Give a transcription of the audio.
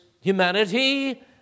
humanity